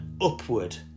upward